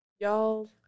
Y'all